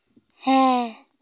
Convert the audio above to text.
ᱦᱮᱸ